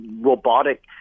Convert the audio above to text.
robotic